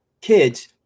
kids